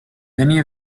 many